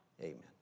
amen